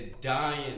dying